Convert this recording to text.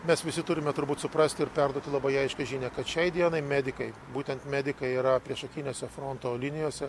mes visi turime turbūt suprasti ir perduoti labai aiškią žinią kad šiai dienai medikai būtent medikai yra priešakinėse fronto linijose